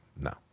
No